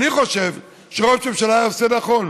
אני חושב שראש הממשלה היה עושה נכון,